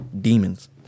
demons